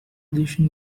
deixam